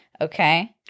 Okay